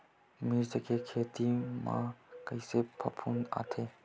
मिर्च के खेती म कइसे फफूंद आथे?